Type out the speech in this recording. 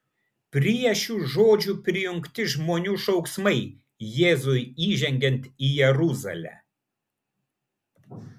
prie šių žodžių prijungti žmonių šauksmai jėzui įžengiant į jeruzalę